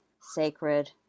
sacred